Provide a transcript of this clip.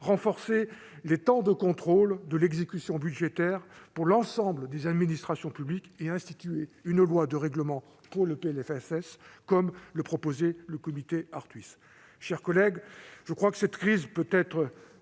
renforcer les temps de contrôle de l'exécution budgétaire pour l'ensemble des administrations publiques et instituer une loi de règlement pour le PLFSS. Mes chers collègues,